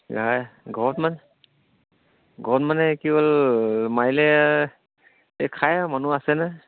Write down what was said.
খায় ঘৰত মানে ঘৰত মানে কি হ'ল মাৰিলে এই খায় আৰু মানুহ আছে নহয়